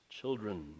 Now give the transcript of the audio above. children